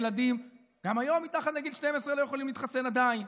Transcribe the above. ילדים מתחת לגיל 12 גם היום לא יכולים להתחסן עדיין.